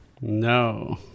no